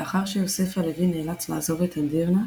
לאחר שיוסף הלוי נאלץ לעזוב את אדירנה,